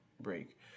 break